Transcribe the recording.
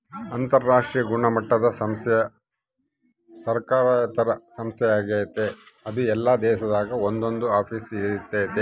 ಅಂತರಾಷ್ಟ್ರೀಯ ಗುಣಮಟ್ಟುದ ಸಂಸ್ಥೆಯು ಸರ್ಕಾರೇತರ ಸಂಸ್ಥೆ ಆಗೆತೆ ಅದು ಎಲ್ಲಾ ದೇಶದಾಗ ಒಂದೊಂದು ಆಫೀಸ್ ಇರ್ತತೆ